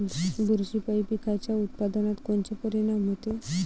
बुरशीपायी पिकाच्या उत्पादनात कोनचे परीनाम होते?